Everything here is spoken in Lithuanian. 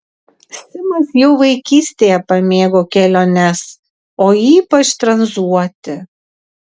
simas jau vaikystėje pamėgo keliones o ypač tranzuoti